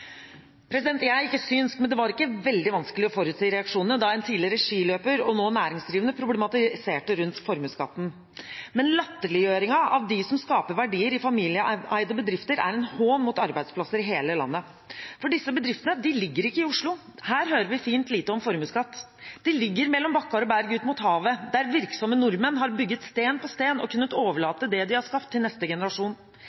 Jeg er ikke synsk, men det var ikke veldig vanskelig å forutse reaksjonene da en tidligere skiløper og nå næringsdrivende problematiserte rundt formuesskatten. Men latterliggjøringen av dem som skaper verdier i familieeide bedrifter, er en hån mot arbeidsplasser over hele landet. For disse bedriftene ligger ikke i Oslo. Her hører vi fint lite om formuesskatt. De ligger «mellom bakkar og berg ut mot havet», der virksomme nordmenn har bygget stein på stein og kunnet